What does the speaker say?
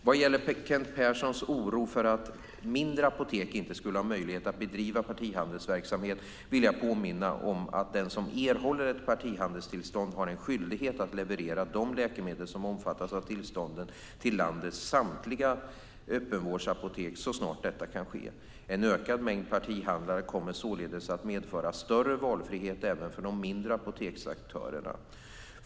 Vad gäller Kent Perssons oro för att mindre apotek inte skulle ha möjlighet att bedriva partihandelsverksamhet vill jag påminna om att den som erhåller ett partihandelstillstånd har en skyldighet att leverera de läkemedel som omfattas av tillståndet till landets samtliga öppenvårdsapotek så snart detta kan ske. En ökad mängd partihandlare kommer således att medföra större valfrihet även för de mindre apoteksaktörerna.